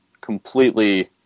completely